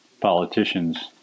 politicians